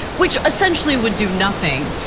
which essentially would do nothing.